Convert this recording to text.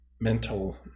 Mental